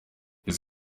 his